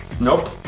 nope